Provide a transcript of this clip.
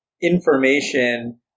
information